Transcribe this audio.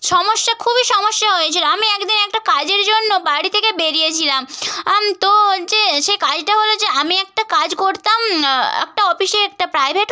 সমস্যা খুবই সমস্যা হয়েছিল আমি এক দিন একটা কাজের জন্য বাড়ি থেকে বেরিয়েছিলাম আম তো যে সে কাজটা হলো যে আমি একটা কাজ করতাম একটা অফিসে একটা প্রাইভেট